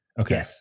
Okay